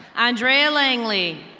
andriah langely.